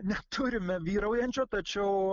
neturime vyraujančio tačiau